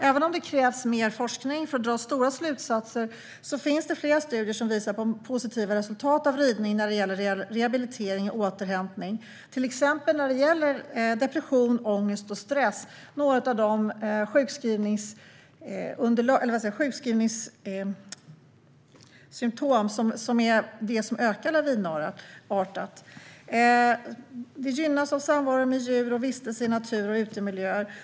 Även om det krävs mer forskning för att dra långtgående slutsatser finns det flera studier som visar på positiva resultat av ridning när det gäller rehabilitering och återhämtning, till exempel när det gäller depression, ångest och stress som är några av de sjukskrivningsorsaker som ökar lavinartat. Vi gynnas av samvaro med djur och vistelse i natur och utemiljöer.